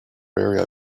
very